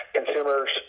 consumers